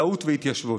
חקלאות והתיישבות.